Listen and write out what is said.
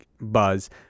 buzz